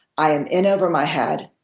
i am in over my head.